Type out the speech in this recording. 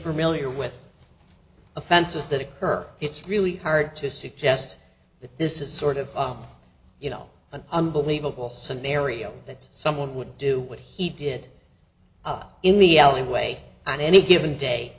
familiar with offenses that occur it's really hard to suggest that this is sort of you know an unbelievable scenario that someone would do what he did up in the alleyway on any given day